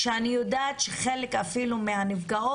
אני יודעת שחלק מהנפגעות